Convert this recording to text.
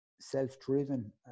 self-driven